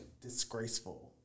disgraceful